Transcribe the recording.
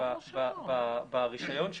ברישיון שלו,